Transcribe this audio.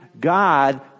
God